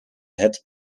het